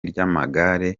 ry’amagare